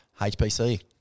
HPC